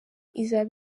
izaba